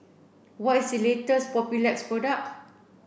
what is the latest Papulex product